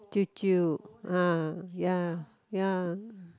舅舅 uh ya ya